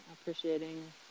appreciating